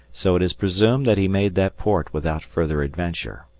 so it is presumed that he made that port without further adventure.